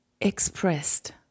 expressed